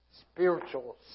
Spiritual